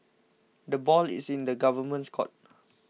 the ball is in the government's court